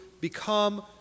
become